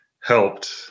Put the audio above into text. helped